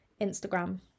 Instagram